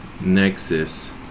Nexus